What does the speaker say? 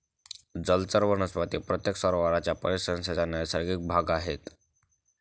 जलचर वनस्पती प्रत्येक सरोवराच्या परिसंस्थेचा नैसर्गिक भाग आहेत